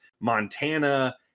Montana